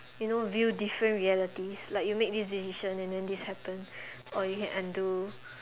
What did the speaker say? you know view different realities like you make this decision and then this happen or you can undo